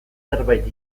zerbait